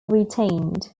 retained